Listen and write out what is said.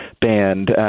band